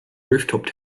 rooftop